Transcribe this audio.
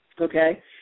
okay